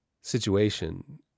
situation